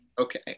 Okay